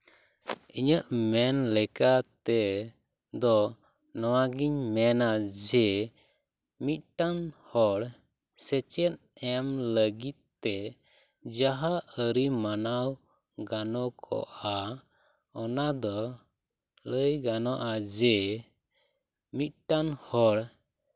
ᱤᱧᱟᱹᱜ ᱢᱮᱱ ᱞᱮᱠᱟᱛᱮ ᱫᱚ ᱱᱚᱣᱟ ᱜᱤᱧ ᱢᱮᱱᱟ ᱡᱮ ᱢᱤᱫᱴᱟᱝ ᱦᱚᱲ ᱥᱮᱪᱮᱫ ᱮᱢ ᱞᱟᱹᱜᱤᱫᱼᱛᱮ ᱡᱟᱦᱟᱸ ᱟᱹᱨᱤ ᱢᱟᱱᱟᱣ ᱜᱟᱱᱚᱠᱚᱜᱼᱟ ᱚᱱᱟᱫᱚ ᱞᱟᱹᱭ ᱜᱟᱱᱚᱜᱼᱟ ᱡᱮ ᱢᱤᱫᱴᱟᱱ ᱦᱚᱲ